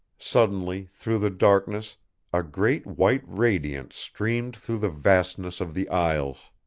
suddenly through the darkness a great white radiance streamed through the vastness of the aisles